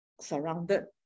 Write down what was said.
surrounded